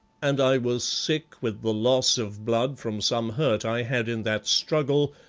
and i was sick with the loss of blood from some hurt i had in that struggle,